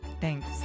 Thanks